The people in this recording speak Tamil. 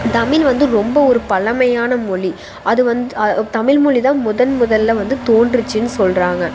தமிழ் வந்து ரொம்ப ஒரு பழமையான மொழி அது வந்து தமிழ் மொழி தான் முதன் முதலில் வந்து தோன்றுச்சின்னு சொல்கிறாங்க